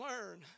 learn